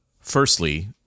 Firstly